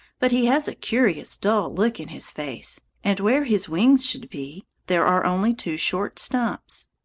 but he has a curious dull look in his face, and where his wings should be there are only two short stumps.